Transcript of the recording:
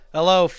Hello